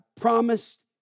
promised